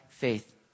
faith